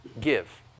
give